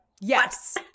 Yes